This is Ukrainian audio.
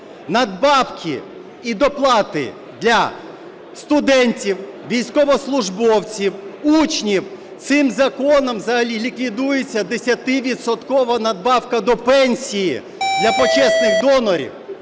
надбавки і доплати для студентів, військовослужбовців, учнів. Цим законом взагалі ліквідується 10-відсоткова надбавка до пенсії для почесних донорів.